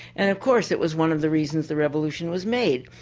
and of course it was one of the reasons the revolution was made.